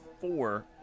four